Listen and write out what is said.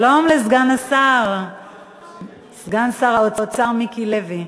שלום לסגן שר האוצר מיקי לוי.